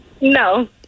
No